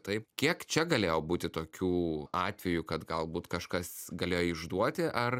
taip kiek čia galėjo būti tokių atvejų kad galbūt kažkas galėjo išduoti ar